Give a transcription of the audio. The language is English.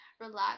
relax